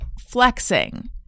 flexing